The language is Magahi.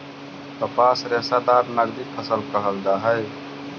कपास रेशादार नगदी फसल कहल जा हई